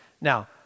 Now